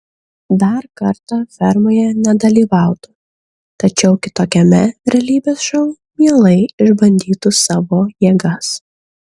dar kartą fermoje nedalyvautų tačiau kitokiame realybės šou mielai išbandytų savo jėgas